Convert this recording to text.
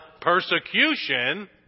persecution